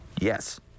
Yes